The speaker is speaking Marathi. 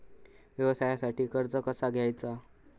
व्यवसायासाठी कर्ज कसा घ्यायचा?